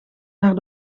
naar